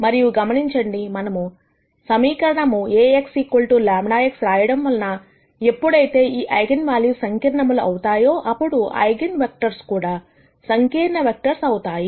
మరియు గమనించండి మనము సమీకరణము Ax λ x రాయడం వలన ఎప్పుడైతే ఈ ఐగన్ వాల్యూస్ సంకీర్ణములవుతాయో అప్పుడు ఐగన్ వెక్టర్స్ కూడా సంకీర్ణ వెక్టర్స్ అవుతాయి